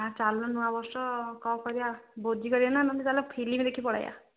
ହଁ ଚାଲୁନ ନୂଆ ବର୍ଷ କ'ଣ କରିବା ଭୋଜି କରିବା ନାହିଁ ତ ତାହେଲେ ଫିଲ୍ମ ଦେଖି ପଳେଇବା